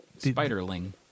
Spiderling